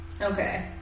Okay